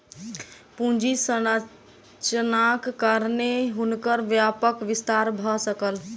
पूंजी संरचनाक कारणेँ हुनकर व्यापारक विस्तार भ सकल